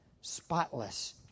spotless